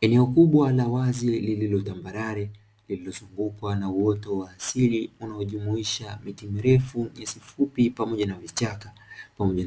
Eneo kubwa la wazi lililotambale mbukwa na wote wa asili unaojumuisha viti mirefu pamoja na vichaka